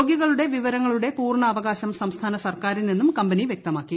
രോഗികളുടെ വിവരങ്ങളുടെ പൂർണ്ണ അവകാശം സംസ്ഥാന സർക്കാരിനെന്നും കമ്പന്റി വൃക്തമാക്കി